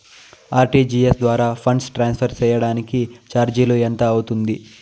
RTGS ద్వారా funds transfer సేయడానికి చార్జీలు ఎంత అవుతుంది